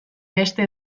beste